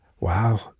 Wow